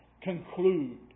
conclude